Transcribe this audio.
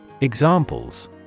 Examples